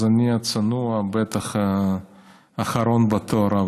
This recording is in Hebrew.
אז אני הצנוע בטח אחרון בתור,